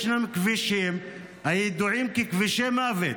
יש כבישים הידועים ככבישי מוות,